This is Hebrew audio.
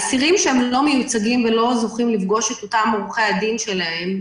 אסירים שהם לא מיוצגים ולא זוכים את עורכי הדין שלהם,